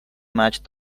matched